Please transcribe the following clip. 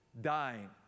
dying